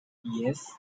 yes